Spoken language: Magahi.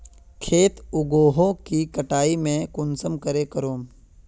खेत उगोहो के कटाई में कुंसम करे करूम?